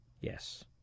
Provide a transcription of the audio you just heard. Yes